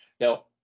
Now